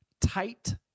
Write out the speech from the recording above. tight